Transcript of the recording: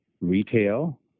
retail